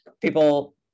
people